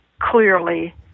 clearly